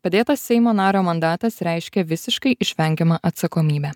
padėtas seimo nario mandatas reiškia visiškai išvengiamą atsakomybę